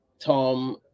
tom